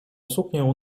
suknię